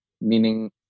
meaning